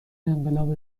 انقلاب